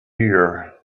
here